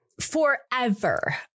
forever